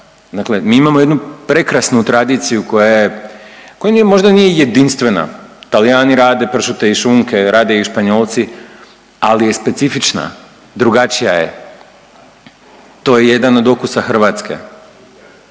dakle mi imamo jednu prekrasnu tradiciju koja je, koja nije možda nije jedinstvena, Talijani rade pršute i šunke, rade i Španjolci, ali je specifična, drugačija je, to je jedan od okusa Hrvatske.